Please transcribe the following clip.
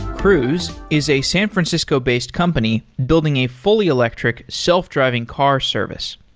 cruise is a san francisco based company building a fully electric, self-driving car service.